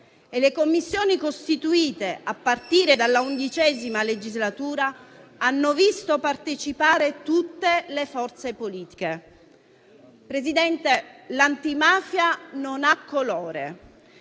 e le Commissioni costituite a partire dalla XI legislatura hanno visto partecipare tutte le forze politiche. Signor Presidente, l'antimafia non ha colore: